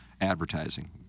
advertising